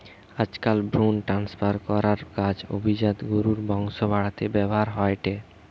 আজকাল ভ্রুন ট্রান্সফার করার কাজ অভিজাত গরুর বংশ বাড়াতে ব্যাভার হয়ঠে